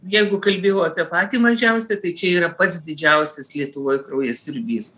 jeigu kalbėjau apie patį mažiausią tai čia yra pats didžiausias lietuvoj kraujasiurbys